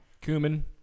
cumin